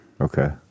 okay